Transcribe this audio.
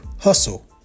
hustle